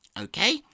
Okay